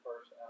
first